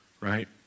right